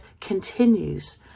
continues